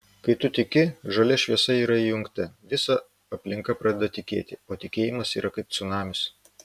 kai tu tiki žalia šviesa yra įjungta visa aplinka pradeda tikėti o tikėjimas yra kaip cunamis